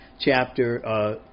chapter